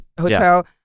hotel